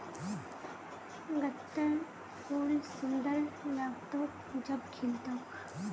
गत्त्रर फूल सुंदर लाग्तोक जब खिल तोक